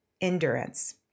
endurance